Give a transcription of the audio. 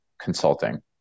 consulting